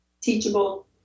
teachable